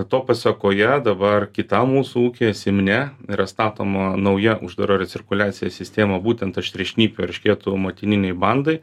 to pasekoje dabar kitam mūsų ūkyje simne yra statoma nauja uždara recirkuliacija sistema būtent aštriašnipių eršketų motininei bandai